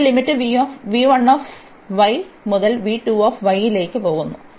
അതിനാൽ ലിമിറ്റ് മുതൽ ലേക്ക് പോകുന്നു